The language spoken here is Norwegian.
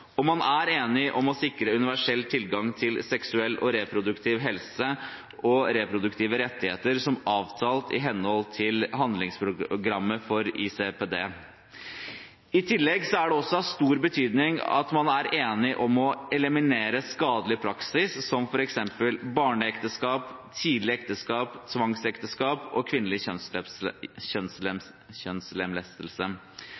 og man er enig om å sikre universell tilgang til seksuell og reproduktiv helse og reproduktive rettigheter, som avtalt i henhold til handlingsprogrammet for ICPD. I tillegg er det også av stor betydning at man er enig om å eliminere skadelig praksis, som f.eks. barneekteskap, tidlig ekteskap, tvangsekteskap og kvinnelig